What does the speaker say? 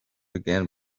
began